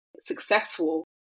successful